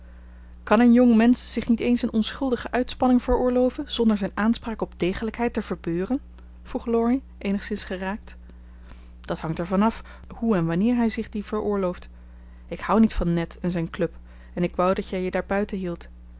kan een jongmensch zich niet eens een onschuldige uitspanning veroorloven zonder zijn aanspraak op degelijkheid te verbeuren vroeg laurie eenigszins geraakt dat hangt er van af hoe en waar hij zich die veroorlooft ik houd niet van ned en zijn club en ik wou dat jij je daar buiten hieldt